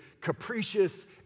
capricious